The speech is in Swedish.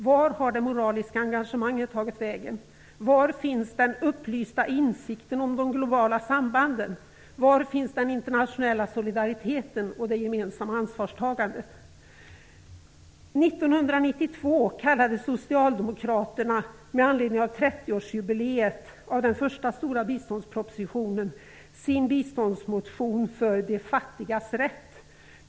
Vart har det moraliska engagemanget tagit vägen? Var finns den upplysta insikten om de globala sambanden? Var finns den internationella solidariteten och det gemensamma ansvarstagandet? 1992 kallade Socialdemokraterna, med anledning av 30-årsjubileet av den första stora biståndspropositionen, sin biståndsmotion för De fattigas rätt.